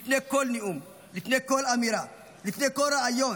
לפני כל נאום, לפני כל אמירה, לפני כל ריאיון,